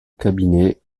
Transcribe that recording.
cabinet